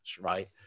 right